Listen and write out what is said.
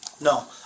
No